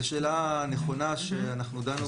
זאת שאלה נכונה שדנו בה.